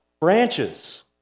branches